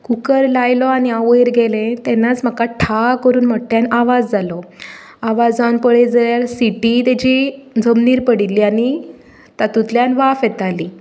cooker लायलो आनी हांव वयर गेलें तेन्नाच म्हाका ठा करून मोठ्यान आवाज जालो आवाज जावन पळयत जाल्यार सिटी तेजी जमनीर पडिल्ली आनी तातुंतल्यान वाफ येताली